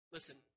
Listen